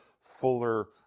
fuller